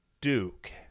Duke